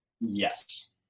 Yes